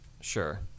Sure